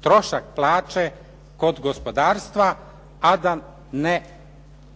trošak plaće kod gospodarstva, a da ne